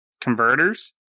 converters